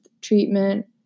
Treatment